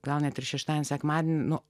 gauna tris šeštadienius sekmadienius nu